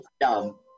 dumb